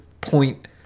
point